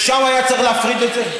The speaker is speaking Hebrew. שם היה צריך להפריד את זה.